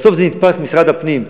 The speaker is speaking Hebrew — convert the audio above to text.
בסוף זה נתפס במשרד הפנים,